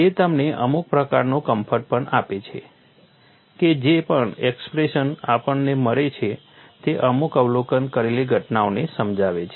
તે તમને અમુક પ્રકારનો કમ્ફર્ટ પણ આપે છે કે જે પણ એક્સપ્રેશન આપણને મળી છે તે અમુક અવલોકન કરેલી ઘટનાઓને સમજાવે છે